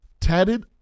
tatted